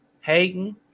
Hayden